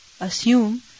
assume